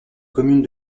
commune